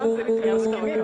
המקומיות,